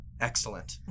excellent